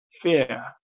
fear